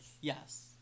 Yes